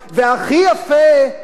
ואני אומר את זה כאן כן בציניות,